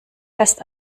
fest